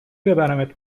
ببرمت